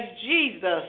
Jesus